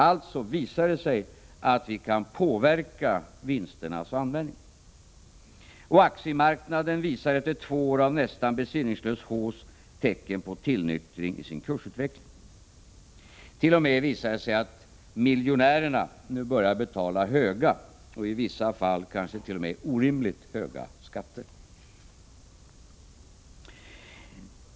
Det visade sig alltså att vi kan påverka vinsternas användning. På aktiemarknaden ser man — efter två år av nästan besinningslös hausse — tecken på en tillnyktring i kursutvecklingen. Det visar sigt.o.m. att miljonärerna nu börjar betala höga, och i vissa fall kanske även orimligt höga, skatter.